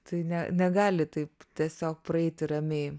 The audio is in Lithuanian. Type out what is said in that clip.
tai ne negali taip tiesiog praeiti ramiai